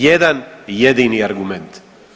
Jedan jedini argument.